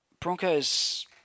Broncos